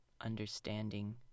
Understanding